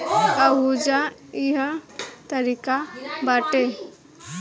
ओहुजा इहे तारिका बाटे